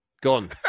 Gone